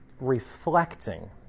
reflecting